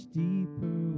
deeper